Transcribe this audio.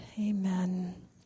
Amen